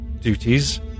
duties